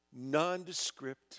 nondescript